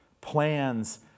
Plans